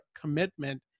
commitment